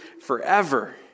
forever